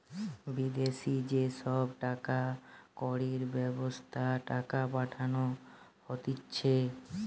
বিদেশি যে সব টাকা কড়ির ব্যবস্থা টাকা পাঠানো হতিছে